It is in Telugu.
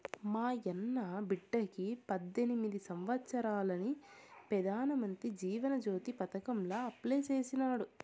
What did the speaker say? మాయన్న బిడ్డకి పద్దెనిమిది సంవత్సారాలని పెదానమంత్రి జీవన జ్యోతి పదకాంల అప్లై చేసినాడు